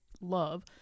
love